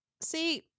See